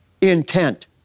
intent